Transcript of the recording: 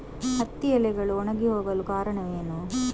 ಹತ್ತಿ ಎಲೆಗಳು ಒಣಗಿ ಹೋಗಲು ಕಾರಣವೇನು?